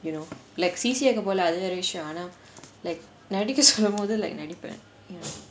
you know like C_C இருக்க போல அது வேற விஷயம் ஆனா:irukka pola athu vera vishayam aanaa like நடிக்க சொல்லும் போது:nadikka sollum pothu like நடிப்பான்:nadippaan ya